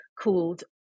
called